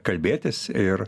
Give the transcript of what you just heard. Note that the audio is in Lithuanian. kalbėtis ir